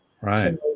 Right